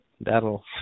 that'll